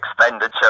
expenditure